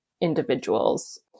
individuals